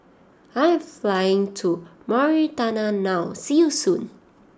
I am flying to Mauritania now see you soon